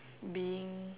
being